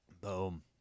Boom